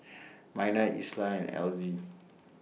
Minor Isla and Elzy